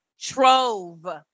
trove